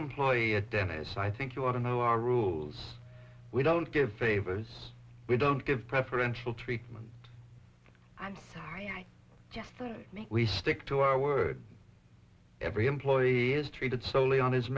employee a dentist i think you ought to know our rules we don't give favors we don't give preferential treatment i'm sorry i just make we stick to our word every employee is treated solely on his